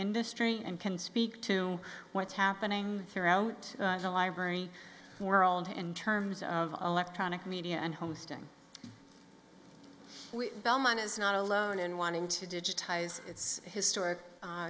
industry and can speak to what's happening throughout the library world in terms of electronic media and hosting we belmont is not alone in wanting to digitize its historic